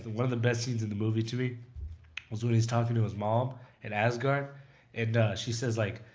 one of the best scenes in the movie to me was when he's talking to his mom in asgard and she says like,